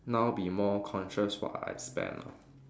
now be more conscious what I spend lah